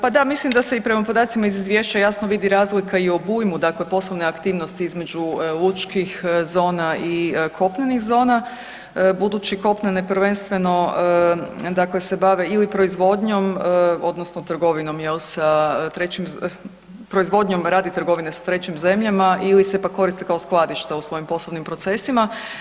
Pa da, mislim da se i prema podacima iz izvješća jasno vidi razlika i u obujmu dakle poslovne aktivnosti između lučkih zona i kopnenih zona budući kopnene prvenstveno dakle se bave ili proizvodnjom odnosno trgovinom jel sa trećim, proizvodnjom radi trgovine s trećim zemljama ili se pak koriste kao skladišta u svojim poslovnim procesima.